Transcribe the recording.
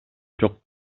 жок